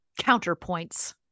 counterpoints